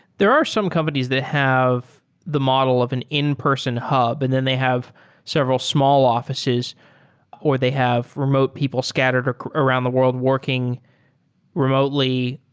there are some companies that have the model of an in-person hub, and then they have several small offi ces or they have remote people scattered around the world working remotely.